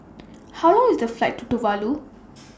How Long IS The Flight to Tuvalu